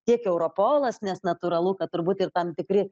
tiek europolas nes natūralu kad turbūt ir tam tikri